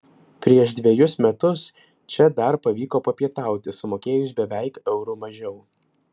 prieš dvejus metus čia dar pavyko papietauti sumokėjus beveik euru mažiau